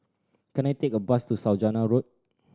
can I take a bus to Saujana Road